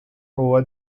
over